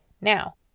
Now